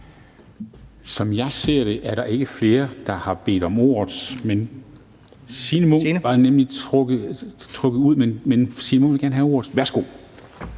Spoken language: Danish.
Som jeg ser det, er der ikke flere, der har bedt om ordet. Jo, Signe Munk vil gerne have ordet. Værsgo.